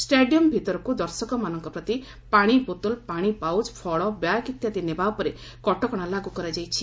stadium ଭିତରକୁ ଦର୍ଶକଙ୍କ ପ୍ରତି ପାଶି ବୋତଲ ପାଶି ପାଉଚ୍ ଫଳ ବ୍ୟାଗ୍ ଇତ୍ୟାଦି ନେବା ଉପରେ କଟକଶା ଲାଗୁ କରାଯାଇଛି